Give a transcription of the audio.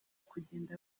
kugenda